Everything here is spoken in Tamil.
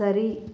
சரி